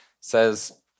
says